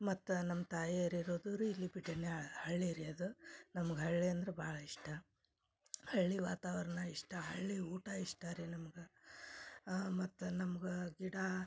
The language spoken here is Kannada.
ಮತ್ತು ನಮ್ಮ ತಾಯಿಯರು ಇರೋದು ರೀ ಇಲ್ಲಿ ಬಿಡನ್ಯಾಳ ಹಳ್ಳಿ ರೀ ಅದು ನಮ್ಗೆ ಹಳ್ಳಿ ಅಂದ್ರೆ ಭಾಳ ಇಷ್ಟ ಹಳ್ಳಿ ವಾತಾವರಣ ಇಷ್ಟ ಹಳ್ಳಿ ಊಟ ಇಷ್ಟ ರೀ ನಮ್ಗೆ ಮತ್ತು ನಮ್ಗೆ ಗಿಡ